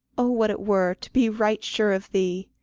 oh what it were to be right sure of thee!